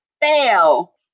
fail